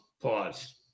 pause